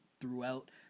throughout